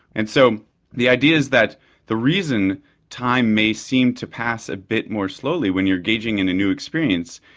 and so the idea is that the reason time may seem to pass a bit more slowly when you're engaging in a new experience,